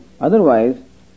otherwise